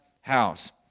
house